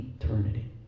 Eternity